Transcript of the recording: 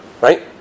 right